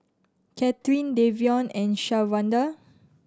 Katherin Davion and Shawanda